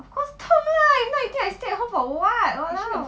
of course 痛啦 if not you think I stay at home for what !walao!